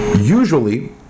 Usually